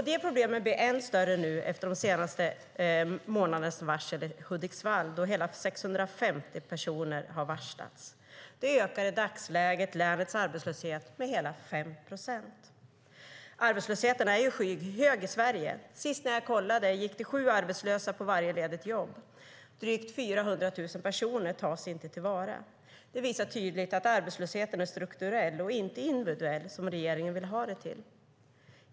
Det problemet blir än större nu, efter de senaste månadernas varsel i Hudiksvall. Hela 650 personer har varslats. Det ökar i dagsläget länets arbetslöshet med hela 5 procent. Arbetslösheten är skyhög i Sverige. När jag kollade senast gick det sju arbetslösa på varje ledigt jobb. Drygt 400 000 personer tas inte till vara. Det visar tydligt att arbetslösheten är strukturell och inte individuell, som regeringen vill ha det till.